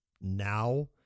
now